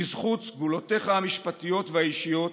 בזכות סגולותיך המשפטיות והאישיות